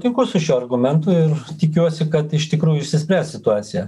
tinku su šiuo argumentu ir tikiuosi kad iš tikrų išsispręs situacija